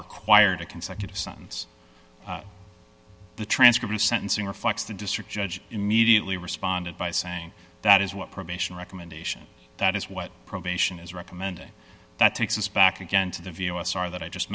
required a consecutive sentence the transcript of sentencing reflects the district judge immediately responded by saying that is what probation recommendation that is what probation is recommending that takes us back again to the of us are that i just